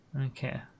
Okay